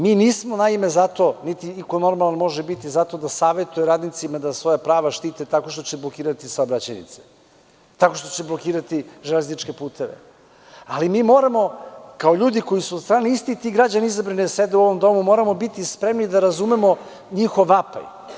Mi nismo za to, niti iko normalan može biti za to da savetuje radnicima da svoja prava štite tako što će blokirati saobraćajnice, tako što će blokirati železničke puteve, ali mi moramo kao ljudi koji su od strane istih tih građana izabrani da sede u ovom domu, moramo biti spremni da razumemo njihov vapaj.